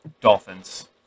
Dolphins